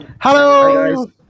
hello